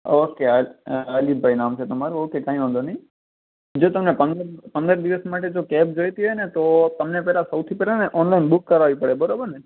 okay અલ અ અલીભાઈ નામ છે તમારું ઓકે કંઈ વાંધો નહીં જો તમને પંદર પંદર દિવસ માટે જો કેબ જોઈતી હોય ને તો તમને પહેલાં ને ઑનલાઈન બૂક કરાવવી પડે બરાબર ને